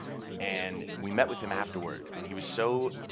and we met with him afterward and he was so,